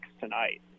tonight